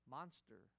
monster